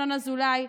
ינון אזולאי,